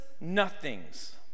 nothings